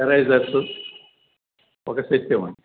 erasers ఒక set ఇవ్వండి